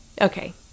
Okay